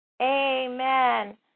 Amen